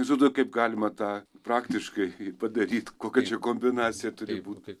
neįsivaizduoju kaip galima tą praktiškai padaryti kokia čia kombinacija turi būt